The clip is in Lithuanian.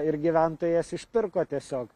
ir gyventojas išpirko tiesiog